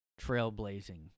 trailblazing